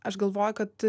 aš galvoju kad